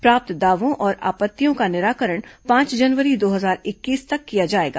प्राप्त दावों और आपत्तियों का निराकरण पांच जनवरी दो हजार इक्कीस तक किया जाएगा